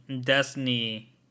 Destiny